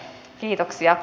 kiitoksia